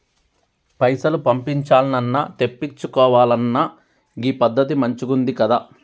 పైసలు పంపించాల్నన్నా, తెప్పిచ్చుకోవాలన్నా గీ పద్దతి మంచిగుందికదా